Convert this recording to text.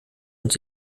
uns